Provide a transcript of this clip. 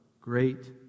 Great